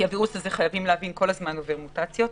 ועוברים מוטציות.